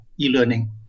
e-learning